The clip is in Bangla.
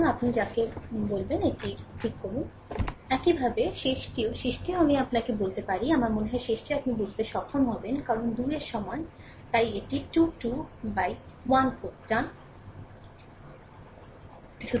সুতরাং আমাকে আপনি যাকে বলবেন এটি ঠিক করুন একইভাবে শেষটিও শেষটি আমি আপনাকে বলতে পারি আমার মনে হয় শেষটিও আপনি বুঝতে সক্ষম হবেন কারণ 2 এর সমান তাই এটি 2 2 1 4 ডান হবে